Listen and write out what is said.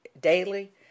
daily